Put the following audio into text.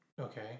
Okay